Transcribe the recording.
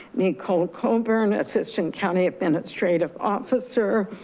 nicole colburn, assistant county administrative officer,